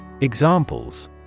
Examples